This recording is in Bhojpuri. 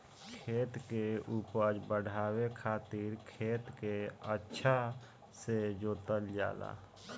खेत के उपज बढ़ावे खातिर खेत के अच्छा से जोतल जाला